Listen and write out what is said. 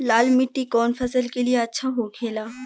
लाल मिट्टी कौन फसल के लिए अच्छा होखे ला?